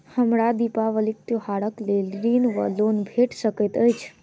हमरा दिपावली त्योहारक लेल ऋण वा लोन भेट सकैत अछि?